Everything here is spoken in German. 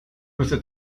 müsse